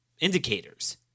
indicators